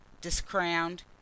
discrowned